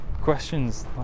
questions